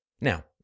Now